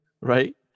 right